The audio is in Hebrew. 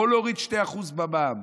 אתה יכול להוריד 2% במע"מ,